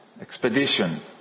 expedition